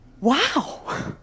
Wow